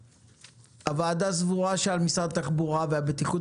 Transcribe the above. הוועדה סבורה שעל משרד התחבורה והבטיחות